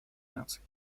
наций